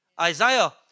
Isaiah